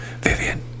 Vivian